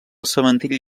cementiri